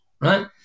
right